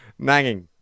Nanging